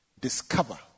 discover